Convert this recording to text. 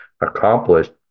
accomplished